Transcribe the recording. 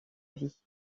vie